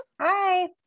Hi